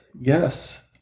Yes